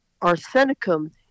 arsenicum